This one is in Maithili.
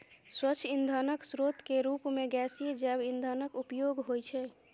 स्वच्छ ईंधनक स्रोत के रूप मे गैसीय जैव ईंधनक उपयोग होइ छै